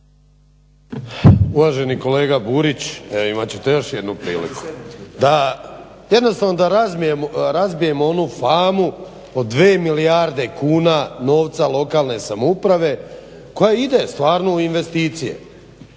Uvaženi kolega Burić evo imat ćete još jednu priliku jednostavno da razbijemo onu famu o 2 milijarde kuna novca lokalne samouprave koja ide stvarno u investicije.